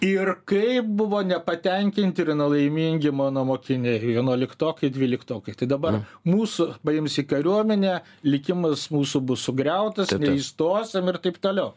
ir kaip buvo nepatenkinti ir nelaimingi mano mokiniai vienuoliktokai dvyliktokai tai dabar mūsų paims į kariuomenę likimas mūsų bus sugriautas neįstosim ir taip toliau